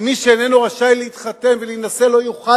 שמי שאינו רשאי להתחתן ולהינשא לא יוכל